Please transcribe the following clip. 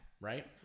Right